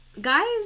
guys